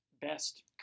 best